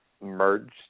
merged